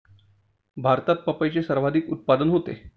भारतात पपईचे सर्वाधिक उत्पादन होते